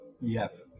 Yes